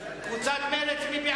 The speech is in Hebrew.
קבוצת הארבעה, מי